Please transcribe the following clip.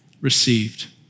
received